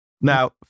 now